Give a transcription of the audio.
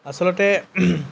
আচলতে